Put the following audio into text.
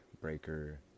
Breaker